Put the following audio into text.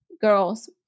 girls